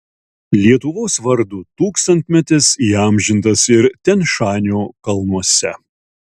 lietuvos vardo tūkstantmetis įamžintas ir tian šanio kalnuose